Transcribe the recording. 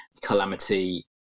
calamity